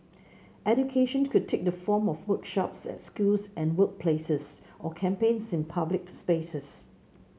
education could take the form of workshops at schools and workplaces or campaigns in public spaces